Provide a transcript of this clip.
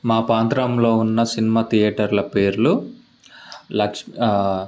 మా ప్రాంతంలో ఉన్న సినిమా థియేటర్ల పేర్లు లక్ష్మి